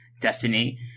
destiny